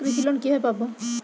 কৃষি লোন কিভাবে পাব?